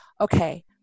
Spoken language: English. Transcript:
okay